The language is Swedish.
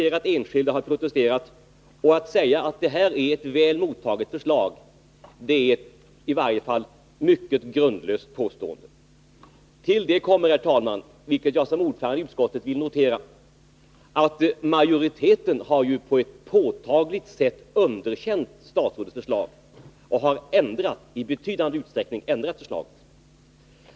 Att säga att det här är ett väl mottaget förslag är i varje fall ett helt grundlöst påstående. Till det kommer, herr talman, vilket jag som ordförande i utskottet vill notera, att majoriteten på ett påtagligt sätt har underkänt statsrådets förslag och i betydande utsträckning ändrat förslaget.